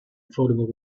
affordable